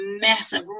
massive